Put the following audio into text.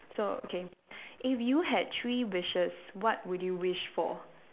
so okay if you had three wishes what would you wish for